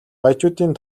баячуудын